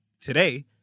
Today